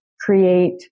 create